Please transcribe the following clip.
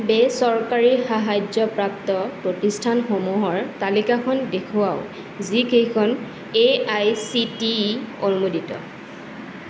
বেচৰকাৰী সাহায্যপ্ৰাপ্ত প্ৰতিষ্ঠানসমূহৰ তালিকাখন দেখুৱাওক যিকেইখন A I C T E অনুমোদিত